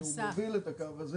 שהוא מוביל את הקו הזה,